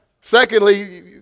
Secondly